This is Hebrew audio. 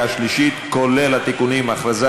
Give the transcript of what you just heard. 38 בעד,